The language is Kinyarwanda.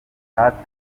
hatowe